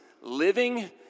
living